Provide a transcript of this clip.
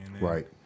right